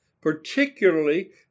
particularly